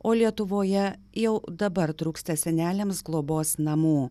o lietuvoje jau dabar trūksta seneliams globos namų